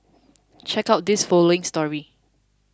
check out this following story